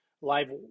live